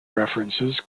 references